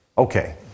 Okay